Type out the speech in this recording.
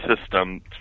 system